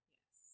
Yes